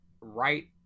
right